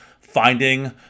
finding